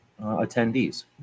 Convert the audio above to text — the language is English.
attendees